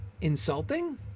insulting